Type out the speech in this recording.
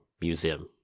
museum